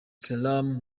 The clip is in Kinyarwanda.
salaam